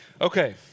Okay